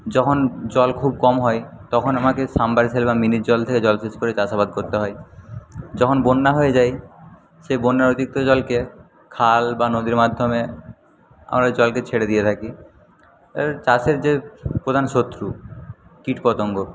যখন জল খুব কম হয় তখন আমাকে সাবমারসিবল বা মিনির জল থেকে জলসেচ করে চাষাবাদ করতে হয় যখন বন্যা হয়ে যায় সেই বন্যার অতিরিক্ত জলকে খাল বা নদীর মাধ্যমে আমরা জলকে ছেড়ে দিয়ে থাকি আর চাষের যে প্রধান শত্রু কীটপতঙ্গ